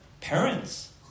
Parents